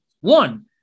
one